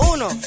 Uno